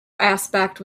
aspect